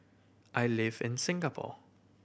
I live in Singapore